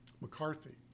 McCarthy